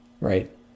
right